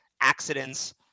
accidents